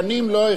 לא הגישו,